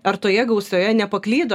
ar toje gausoje nepaklydo